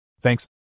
Thanks